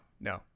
no